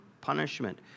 punishment